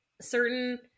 certain